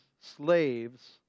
Slaves